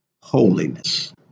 holiness